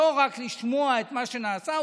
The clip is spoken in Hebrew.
לא רק לשמוע את מה שנעשה,